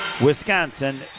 Wisconsin